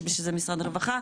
יש בשביל זה משרד הבריאות.